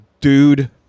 dude